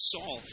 Saul